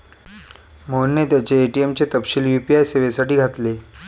मोहनने त्याचे ए.टी.एम चे तपशील यू.पी.आय सेवेसाठी घातले